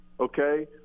Okay